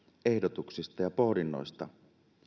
ehdotuksista ja pohdinnoista